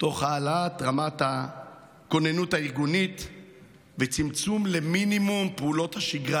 תוך העלאת רמת הכוננות הארגונית וצמצום למינימום של פעולות השגרה,